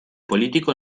político